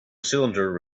cylinder